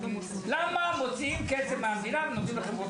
למה מוציאים כסף מהמדינה ונותנים לחברות פרטיות?